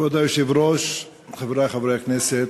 כבוד היושב-ראש, חברי חברי הכנסת,